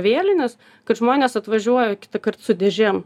vėlines kad žmonės atvažiuoja kitąkart su dėžėm